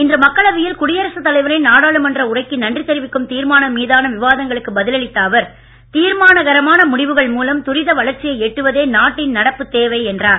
இன்று மக்களவையில் குடியரசுத் தலைவரின் நாடாளுமன்ற உரைக்கு நன்றி தெரிவிக்கும் தீர்மானம் மீதான விவாதங்களுக்கு பதில் அளித்த அவர் தீர்மானகரமான முடிவுகள் மூலம் துரித வளர்ச்சியை எட்டுவதே நாட்டின் நடப்பு தேவை என்றார்